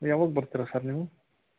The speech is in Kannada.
ಯಾವಾಗ ಬರ್ತೀರಾ ಸರ್ ನೀವು